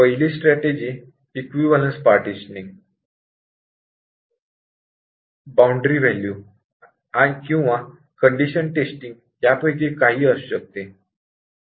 पहिली strategy equivalence partitioning boundary value किंवा condition testing यांपैकी काही असू शकते